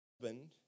husband